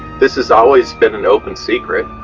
this has always been an open secret,